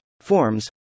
forms